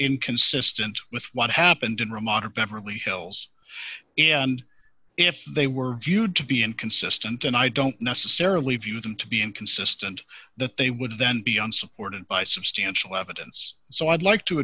inconsistent with what happened in ramadi or beverly hills and if they were viewed to be inconsistent and i don't necessarily view them to be inconsistent that they would then be unsupported by substantial evidence so i'd like to